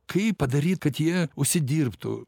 kaip padaryt kad jie užsidirbtų